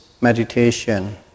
meditation